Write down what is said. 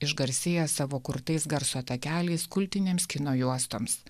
išgarsėjęs savo kurtais garso takeliais kultinėms kino juostoms